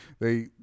They-